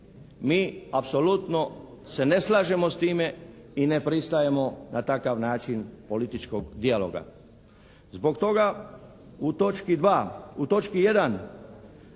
Mi apsolutno se ne slažemo s time i ne pristajemo na takav način političkog dijaloga. Zbog toga u točki dva, u točki jedan